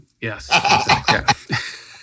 Yes